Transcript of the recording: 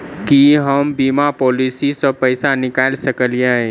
की हम बीमा पॉलिसी सऽ पैसा निकाल सकलिये?